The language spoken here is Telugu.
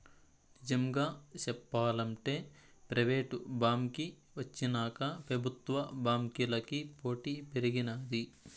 నిజంగా సెప్పాలంటే ప్రైవేటు బాంకీ వచ్చినాక పెబుత్వ బాంకీలకి పోటీ పెరిగినాది